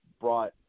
brought